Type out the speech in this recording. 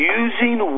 using